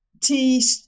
tea